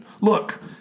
look